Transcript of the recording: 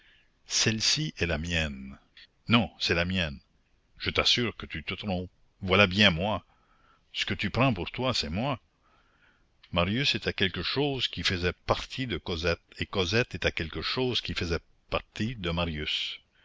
celle-ci est la mienne non c'est la mienne je t'assure que tu te trompes voilà bien moi ce que tu prends pour toi c'est moi marius était quelque chose qui faisait partie de cosette et cosette était quelque chose qui faisait partie de marius